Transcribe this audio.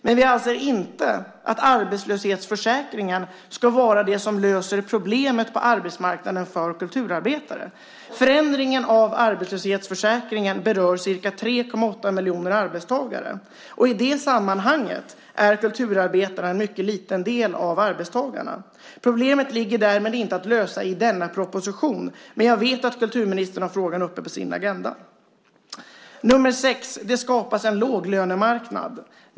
Men vi anser inte att arbetslöshetsförsäkringen ska vara det som löser problemet på arbetsmarknaden för kulturarbetare. Förändringen av arbetslöshetsförsäkringen berör ca 3,8 miljoner arbetstagare. I det sammanhanget är kulturarbetarna en mycket liten del av arbetstagarna. Lösningen på problemet ligger därmed inte i denna proposition. Men jag vet att kulturministern har frågan uppe på sin agenda. 6. Det skapas en låglönemarknad.